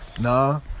Nah